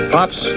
Pops